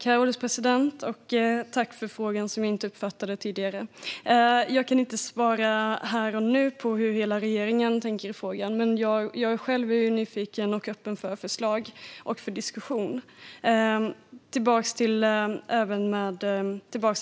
Herr ålderspresident! Jag tackar ledamoten för frågan, som jag inte uppfattade tidigare. Jag kan inte här och nu svara på hur hela regeringen tänker i frågan, men själv är jag nyfiken och öppen för förslag och diskussion.